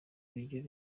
ibiryo